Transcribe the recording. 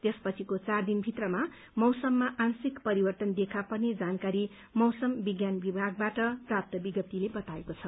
त्यसपछिको चार दिन भित्रमा मैसममा आंश्रिक परिवर्तन देखा पर्ने जानकारी मैसम विज्ञान विभागबाट प्राप्त भएको छ